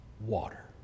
water